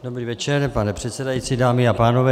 Dobrý večer, pane předsedající, dámy a pánové.